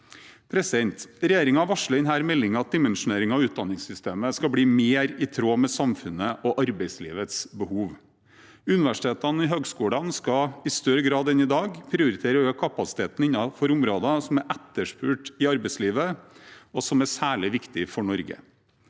dekkes. Regjeringen varsler i denne meldingen at dimensjoneringen av utdanningssystemet skal bli mer i tråd med samfunnet og arbeidslivets behov. Universitetene og høyskolene skal i større grad enn i dag prioritere å øke kapasiteten innenfor områder som er etterspurt i arbeidslivet, og som er særlig viktige for Norge.